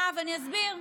אני אסביר,